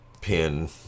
PIN